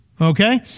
Okay